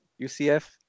UCF